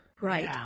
Right